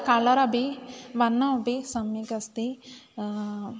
कलरपि वर्णमपि सम्यक् अस्ति